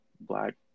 Black